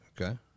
Okay